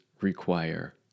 require